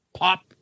pop